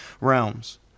realms